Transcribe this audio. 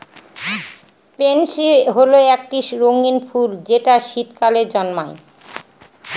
pansy হল একটি রঙ্গীন ফুল যেটা শীতকালে জন্মায়